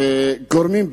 שגורמים,